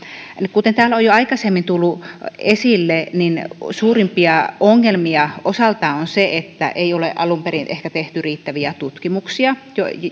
kuten täällä on jo aikaisemmin tullut esille niin yksi suurimpia ongelmia osaltaan on se että ei ole alun perin ehkä tehty riittäviä tutkimuksia